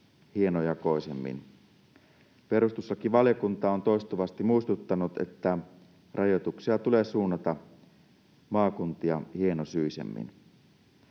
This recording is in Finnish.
Perustuslakivaliokunta on toistuvasti muistuttanut, että rajoituksia tulee suunnata maakuntia hienosyisemmin.